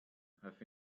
think